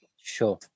Sure